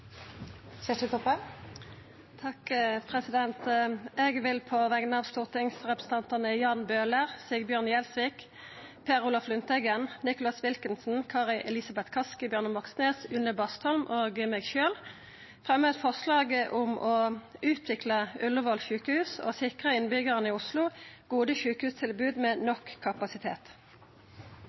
Kjersti Toppe vil fremsette et representantforslag. Eg vil på vegner av stortingsrepresentantane Jan Bøhler, Sigbjørn Gjelsvik, Per Olaf Lundteigen, Nicholas Wilkinson, Kari Elisabeth Kaski, Bjørnar Moxnes, Une Bastholm og meg sjølv fremja eit forslag om å utvikla Ullevål sjukehus og sikra innbyggjarane i Oslo gode sjukehustilbod med nok kapasitet.